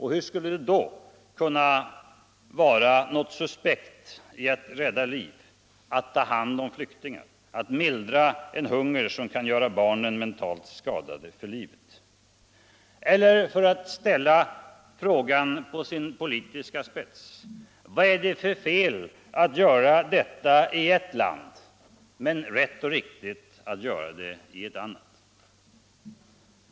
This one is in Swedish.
Hur skulle det då kunna vara något suspekt i att rädda liv, att ta hand om flyktingar och att mildra en hunger som kan göra barnen mentalt skadade för livet? Eller för att ställa frågan på sin politiska spets: Vad är det som gör att det är fel att göra detta i ert land men rätt och riktigt att göra det i ett annat?